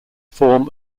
form